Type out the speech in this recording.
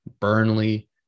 Burnley